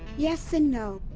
yes and no.